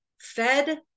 fed